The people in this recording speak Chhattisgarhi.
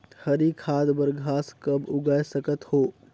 हरी खाद बर घास कब उगाय सकत हो?